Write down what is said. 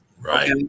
Right